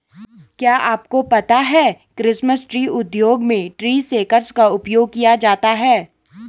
क्या आपको पता है क्रिसमस ट्री उद्योग में ट्री शेकर्स का उपयोग किया जाता है?